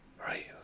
Right